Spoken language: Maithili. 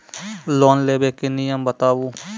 लोन लेबे के नियम बताबू?